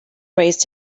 race